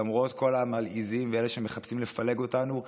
למרות כל המלעיזים ואלה שמחפשים לפלג אותנו,